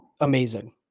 amazing